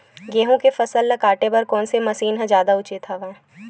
गेहूं के फसल ल काटे बर कोन से मशीन ह जादा उचित हवय?